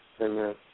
amen